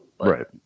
Right